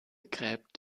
gräbt